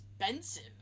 expensive